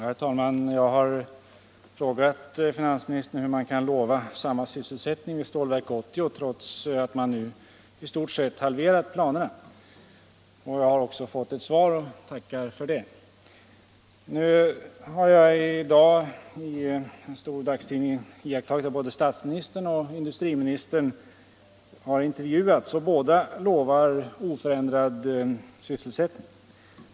Herr talman! Jag har frågat finansministern hur man kan lova samma sysselsättning vid Stålverk 80 trots att man nu i stort sett halverat pla nerna. Jag har också fått ett svar och tackar för det. Nu har jag i dag i en stor dagstidning iakttagit att både statsministern och industriministern vid en intervju har lovat oförändrad sysselsättning.